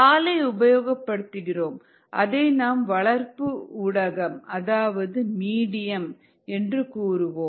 பாலை உபயோகிக்கிறோம் அதை நாம் வளர்ப்பு ஊடகம் அதாவது மீடியம் என்று கூறுவோம்